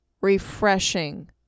refreshing